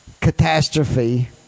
Catastrophe